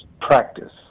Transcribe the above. practice